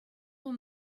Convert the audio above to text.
were